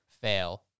Fail